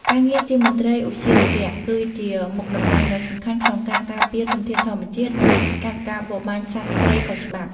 ការងារជាមន្ត្រីឧទ្យានុរក្ស គឺជាមុខតំណែងដ៏សំខាន់ក្នុងការការពារធនធានធម្មជាតិ និងទប់ស្កាត់ការបរបាញ់សត្វព្រៃខុសច្បាប់។